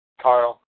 Carl